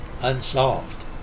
unsolved